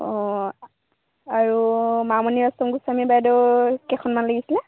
অঁ আৰু মামণি ৰয়ছম গোস্বামী বাইদেউ কেইখনমান লাগিছিলে